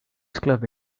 club